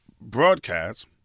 broadcast